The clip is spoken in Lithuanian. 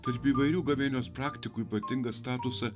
tarp įvairių gavėnios praktikų ypatingą statusą